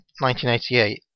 1988